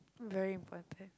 very important